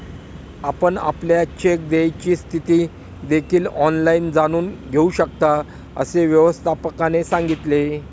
आपण आपल्या चेक देयची स्थिती देखील ऑनलाइन जाणून घेऊ शकता, असे व्यवस्थापकाने सांगितले